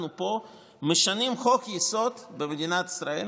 אנחנו פה משנים חוק-יסוד במדינת ישראל